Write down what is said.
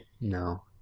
No